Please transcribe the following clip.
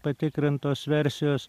patikrint tos versijos